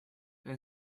and